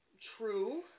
True